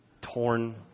Torn